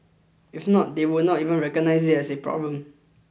if not they would not even recognise it as a problem